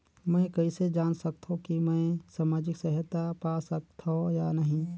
मै कइसे जान सकथव कि मैं समाजिक सहायता पा सकथव या नहीं?